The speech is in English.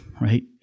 right